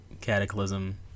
cataclysm